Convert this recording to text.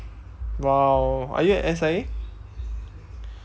!wow! are you at S_I_A